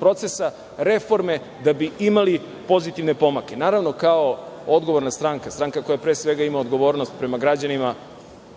procesa, reforme da bi imali pozitivne pomake. Naravno, kao odgovorna stranka, stranka koja pre svega ima odgovornost prema građanima,